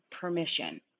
permission